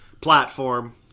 Platform